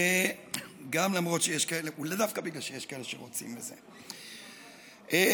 למרות שיש כאלה שרוצים בזה,